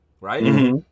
right